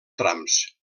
trams